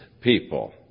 people